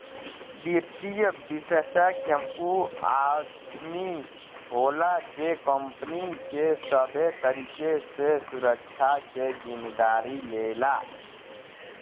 वित्तीय विषेशज्ञ ऊ आदमी होला जे कंपनी के सबे तरीके से सुरक्षा के जिम्मेदारी लेला